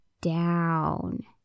down